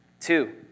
Two